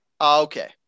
Okay